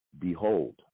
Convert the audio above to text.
Behold